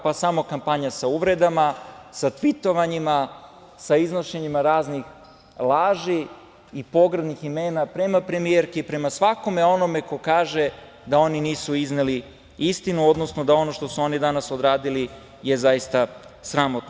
Pa, samo kampanja sa uvredama, sa tvitovanjima, sa iznošenjima raznih laži i pogrdnih imena prema premijerki, prema svakome onome ko kaže da oni nisu izneli istinu, odnosno da ono što su oni danas odradili je zaista sramotno.